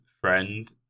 friend